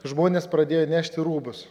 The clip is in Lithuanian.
žmonės pradėjo nešti rūbus